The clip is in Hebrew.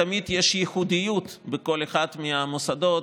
תמיד יש ייחודיות לכל אחד מהמוסדות,